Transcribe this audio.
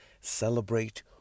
Celebrate